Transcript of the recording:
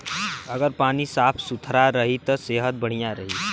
अगर पानी साफ सुथरा रही त सेहत बढ़िया रही